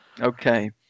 Okay